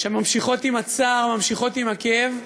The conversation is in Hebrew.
שממשיכות עם הצער, ממשיכות עם הכאב,